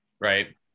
right